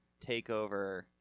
takeover